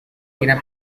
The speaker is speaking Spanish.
gira